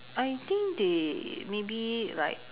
I think they maybe like